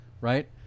right